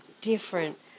different